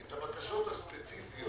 את הבקשות הספציפיות.